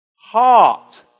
heart